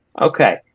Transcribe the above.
Okay